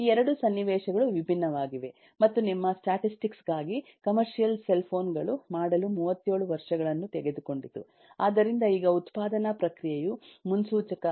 ಈ 2 ಸನ್ನಿವೇಶಗಳು ವಿಭಿನ್ನವಾಗಿವೆ ಮತ್ತು ನಿಮ್ಮ ಸ್ಟ್ಯಾಟಿಸ್ಟಿಕ್ಸ್ ಗಾಗಿ ಕಮರ್ಷಿಯಲ್ ಸೆಲ್ ಫೋನ್ಗಳು ಮಾಡಲು 37 ವರ್ಷಗಳನ್ನು ತೆಗೆದುಕೊಂಡಿತು ಆದ್ದರಿಂದ ಈಗ ಉತ್ಪಾದನಾ ಪ್ರಕ್ರಿಯೆಯು ಮುನ್ಸೂಚಕ